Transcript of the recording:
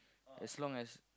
as long as